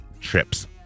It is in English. trips